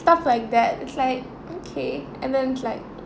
stuff like that it's like okay and then it's like